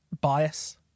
bias